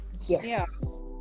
Yes